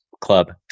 Club